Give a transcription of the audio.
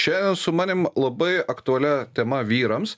šiandien su manim labai aktualia tema vyrams